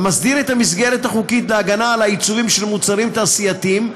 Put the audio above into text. המסדיר את המסגרת החוקית להגנה על עיצובים של מוצרים תעשייתיים,